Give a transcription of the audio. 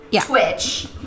Twitch